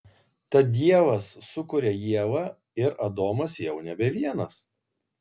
tad dievas sukuria ievą ir adomas jau nebe vienas